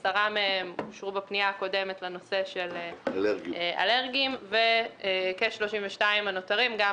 10 מהם אושרו בפנייה הקודמת לנושא של אלרגים וכ-32 הנותרים יועברו גם